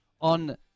on